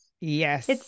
Yes